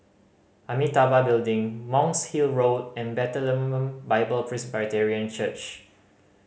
Amitabha Building Monk's Hill Road and Bible Presbyterian Church